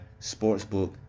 sportsbook